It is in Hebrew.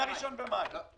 מהראשון במאי.